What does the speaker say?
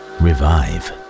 revive